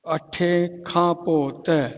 अठें खां पोइ त